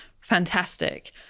Fantastic